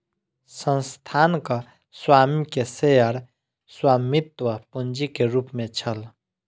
संस्थानक स्वामी के शेयर स्वामित्व पूंजी के रूप में छल